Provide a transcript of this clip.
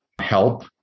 help